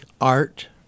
art